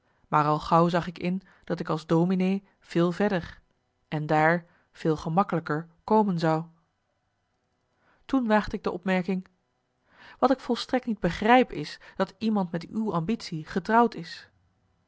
maar al gauw zag ik in dat ik als dominee veel verder en daar veel gemakkelijker komen zou toen waagde ik de opmerking wat ik volstrekt niet begrijp is dat iemand met uw ambitie getrouwd is